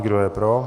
Kdo je pro?